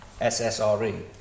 SSRE